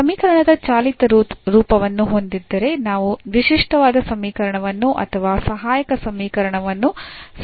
ಸಮೀಕರಣದ ಚಾಲಿತ ರೂಪವನ್ನು ಹೊಂದಿದ್ದರೆ ನಾವು ವಿಶಿಷ್ಟವಾದ ಸಮೀಕರಣವನ್ನು ಅಥವಾ ಸಹಾಯಕ ಸಮೀಕರಣವನ್ನು ಸುಲಭವಾಗಿ ಬರೆಯಬಹುದು